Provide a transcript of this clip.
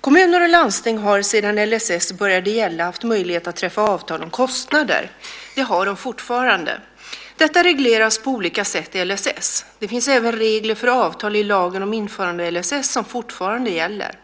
Kommuner och landsting har sedan LSS började gälla haft möjlighet att träffa avtal om kostnader. Det har de fortfarande. Detta regleras på olika sätt i LSS. Det finns även regler för avtal i lagen om införande av LSS som fortfarande gäller.